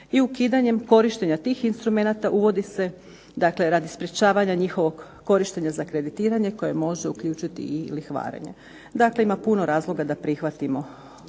ukidanjem korištenja tih instrumenata uvodi se radi sprečavanja njihovog korištenja za kreditiranje koje može uključiti i lihvarenje. Dakle, ima puno razloga da prihvatimo